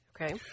Okay